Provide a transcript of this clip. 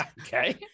Okay